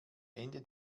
ende